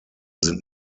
sind